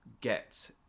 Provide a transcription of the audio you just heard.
get